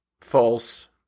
false